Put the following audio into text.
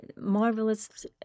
marvelous